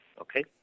Okay